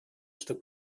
что